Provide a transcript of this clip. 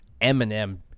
Eminem